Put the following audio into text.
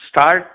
start